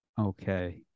Okay